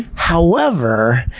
however,